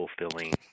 fulfilling